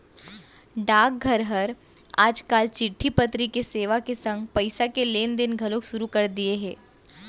डाकघर हर आज काल चिट्टी पतरी के सेवा के संग पइसा के लेन देन घलौ सुरू कर दिये हे